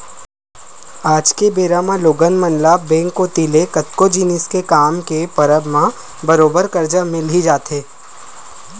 आज के बेरा म लोगन मन ल बेंक कोती ले कतको जिनिस के काम के परब म बरोबर करजा मिल ही जाथे